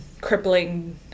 crippling